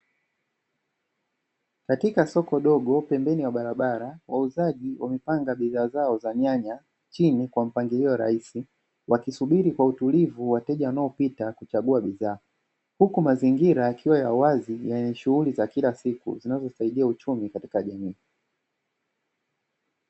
Katika soko dogo pembeni ya barabara wauzaji wamepanga bidhaa zao za nyanya chini kwa mpangilio rahisi wakisubiri kwa utulivu wateja wanaopita kuchagua bidhaa. Huku mazingira yakiwa ya wazi yenye shughuli za kila siku zinazosaidia uchumi katika jamii.